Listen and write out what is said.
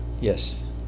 Yes